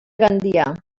gandia